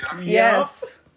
yes